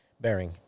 bearing